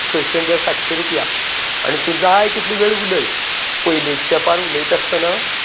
सयशें तें सातशीं रुपया आनी तूं जाय तितलो वेळ उलय पयलीं तेंपार उलयत आसतना